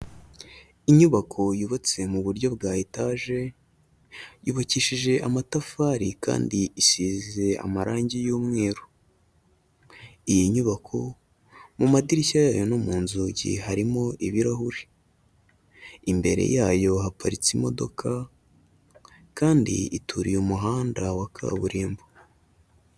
Inyubako yubatse mu buryo bwa etaje, yubakishije amatafari kandi isize amarange y'umweru, iyi nyubako mu madirishya yayo no mu nzugi harimo ibirahure, imbere yayo haparitse imodoka kandi ituriye umuhanda wa kaburimbo.